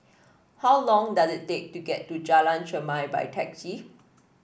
how long does it take to get to Jalan Chermai by taxi